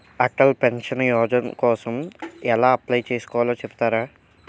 Atal pension Yojana కోసం ఎలా apply చేసుకోవాలో చెపుతారా?